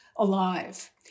Alive